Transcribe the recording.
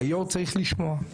היו"ר צריך לשמוע.